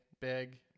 big